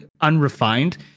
unrefined